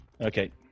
Okay